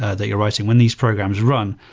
ah that you're writing, when these programs run,